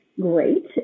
great